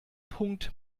punkt